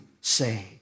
say